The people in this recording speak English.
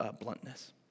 bluntness